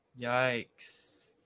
Yikes